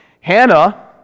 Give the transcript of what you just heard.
Hannah